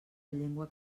llengua